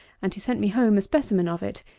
and who sent me home a specimen of it,